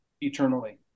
eternally